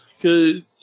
Good